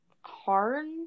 Hard